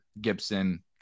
Gibson –